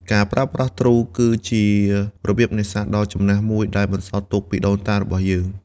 ការប្រើប្រាស់ទ្រូ គឺជារបៀបនេសាទដ៏ចំណាស់មួយដែលបន្សល់ទុកពីដូនតារបស់យើង។